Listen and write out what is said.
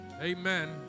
amen